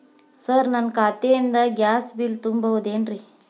Sir ನನ್ನ ಖಾತೆಯಿಂದ gas bill ತುಂಬಹುದೇನ್ರಿ?